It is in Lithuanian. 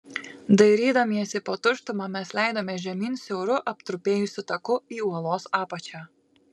dairydamiesi po tuštumą mes leidomės žemyn siauru aptrupėjusiu taku į uolos apačią